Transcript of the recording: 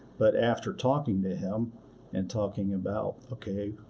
but after talking to him and talking about, okay,